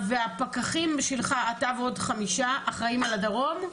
והפקחים שלך, אתה ועוד חמישה אחראים על הדרום?